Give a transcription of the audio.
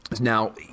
Now